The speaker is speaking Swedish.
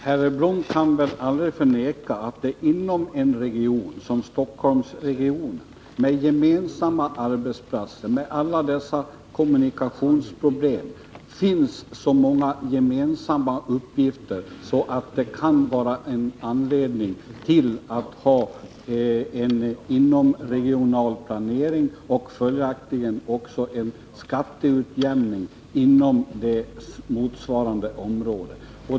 Herr talman! Lennart Blom kan väl aldrig förneka att det inom en region som Stockholmsregionen med gemensamma arbetsplatser och kommunikationsproblem finns så många gemensamma uppgifter att det kan finnas anledning att ha en inomregional planering och följaktligen även en skatteutjämning inom motsvarande område.